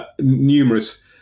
numerous